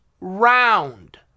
round